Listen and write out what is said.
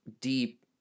deep